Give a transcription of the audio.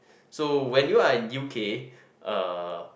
so when you are in U_K uh